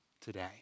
today